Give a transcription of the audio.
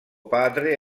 padre